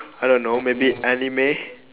I don't know maybe anime